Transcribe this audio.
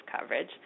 coverage